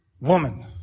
woman